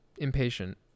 impatient